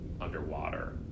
underwater